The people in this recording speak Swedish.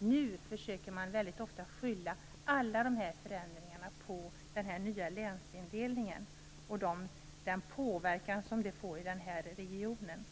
Väldigt ofta försöker man skylla alla de här förändringarna på den nya länsindelningen och på den påverkan som den får i regionen.